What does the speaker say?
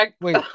Wait